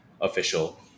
official